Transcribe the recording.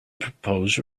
propose